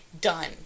done